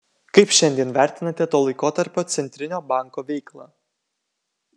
kaip šiandien vertinate to laikotarpio centrinio banko veiklą